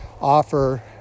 offer